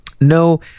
No